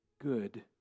good